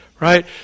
Right